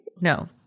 No